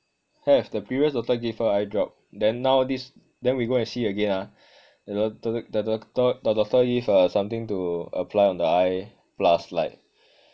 have the previous doctor give her eyedrop then now this then we go and see again ah the docto~ the doctor the doctor give uh something to apply on the eye plus like